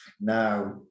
Now